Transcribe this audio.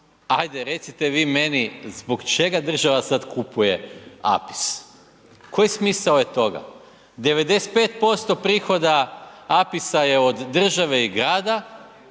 Ajde recite vi meni zbog čega država sad kupuje APIS? Koji smisao je toga? 95% prihoda APIS-a je od države i grada,